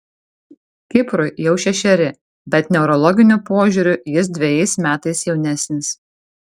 kiprui jau šešeri bet neurologiniu požiūriu jis dvejais metais jaunesnis